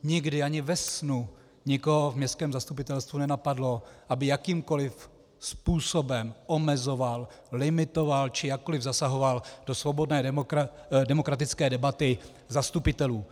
Nikdy ani ve snu nikoho v městském zastupitelstvu nenapadlo, aby jakýmkoliv způsobem omezoval, limitoval či jakkoliv zasahoval do svobodné demokratické debaty zastupitelů.